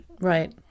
Right